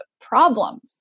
problems